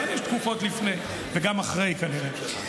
לכולנו יש תקופות לפני, וגם אחרי, כנראה.